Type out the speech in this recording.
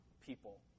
people